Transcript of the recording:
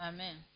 Amen